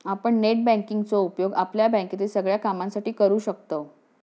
आपण net banking चो उपयोग आपल्या बँकेतील सगळ्या कामांसाठी करू शकतव